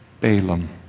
Balaam